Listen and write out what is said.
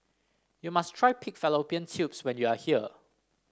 you must try Pig Fallopian Tubes when you are here